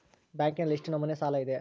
ಬ್ಯಾಂಕಿನಲ್ಲಿ ಎಷ್ಟು ನಮೂನೆ ಸಾಲ ಇದೆ?